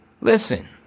Listen